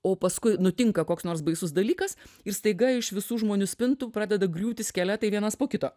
o paskui nutinka koks nors baisus dalykas ir staiga iš visų žmonių spintų pradeda griūti skeletai vienas po kito